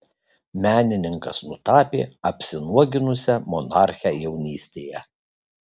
menininkas nutapė apsinuoginusią monarchę jaunystėje